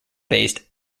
based